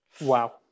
Wow